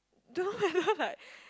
dunno whether like